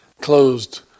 closed